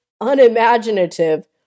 unimaginative